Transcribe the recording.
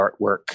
artwork